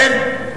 אין.